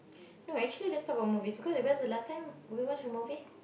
no actually let's talk about movie because when is the last time we watch a movie